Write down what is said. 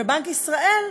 ובנק ישראל,